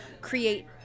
create